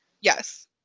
Yes